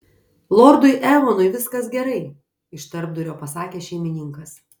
lordui eonui viskas gerai iš tarpdurio pasakė šeimininkas